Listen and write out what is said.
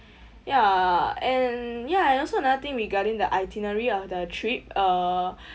ya and ya and also another thing regarding the itinerary of the trip uh